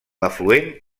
afluent